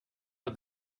but